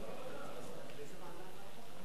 2012,